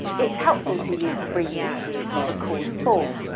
it's helpful to use abbreviations to record form.